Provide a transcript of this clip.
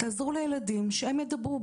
תעזרו לילדים, שהם ידברו.